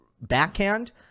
backhand